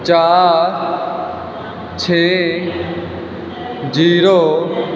ਚਾਰ ਛੇ ਜ਼ੀਰੋ